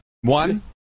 one